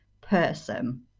person